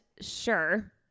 Sure